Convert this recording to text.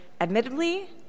admittedly